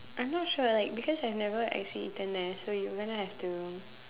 I'm not sure like because I have not actually eaten there so you're gonna have to